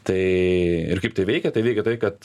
tai ir kaip tai veikia tai veikia tai kad